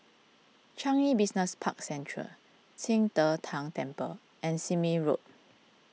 Changi Business Park Central Qing De Tang Temple and Sime Road